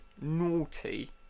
naughty